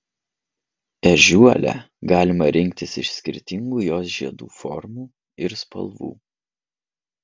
ežiuolę galima rinktis iš skirtingų jos žiedų formų ir spalvų